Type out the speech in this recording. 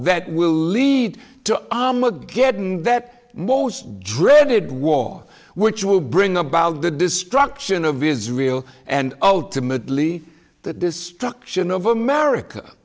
that will lead to ahmed getting that most dreaded war which will bring about the destruction of israel and ultimately the destruction of america